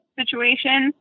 situation